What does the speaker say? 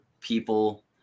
people